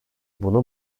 bunu